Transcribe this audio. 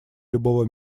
любого